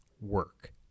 Work